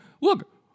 look